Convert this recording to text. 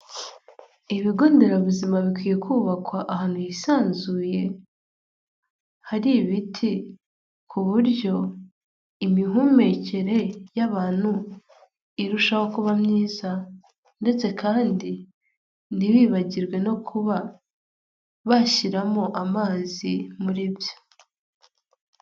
Ibigo nderabuzima bikwiye kubakwa ahantu hisanzuye, hari ibiti, ku buryo imihumekere y'abantu irushaho kuba myiza, ndetse kandi ntibibagirwe no kuba bashyiramo amazi muri byo.